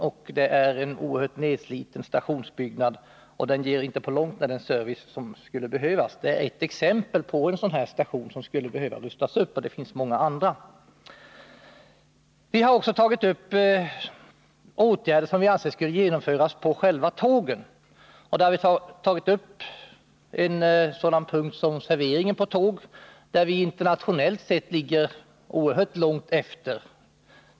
Stationsbyggnaden är oerhört nedsliten och ger inte på långt när den service som skulle behövas. Det är ett exempel på en station som skulle behövas rustas upp — det finns många andra. Vi har också tagit upp åtgärder som vi anser borde genomföras på själva tågen. I fråga om servering på tåg ligger vi internationellt sett oerhört långt efter.